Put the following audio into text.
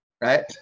Right